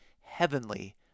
heavenly